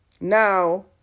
Now